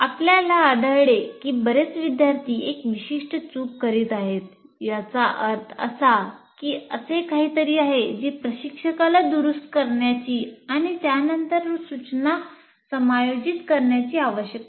आपल्याला आढळले की बरेच विद्यार्थी एक विशिष्ट चूक करीत आहेत याचा अर्थ असा की असे काहीतरी आहे जे प्रशिक्षकाला दुरुस्त करण्याची आणि त्यानंतरची सूचना समायोजित करण्याची आवश्यकता आहे